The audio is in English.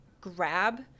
grab